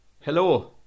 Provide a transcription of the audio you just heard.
Hello